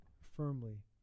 firmly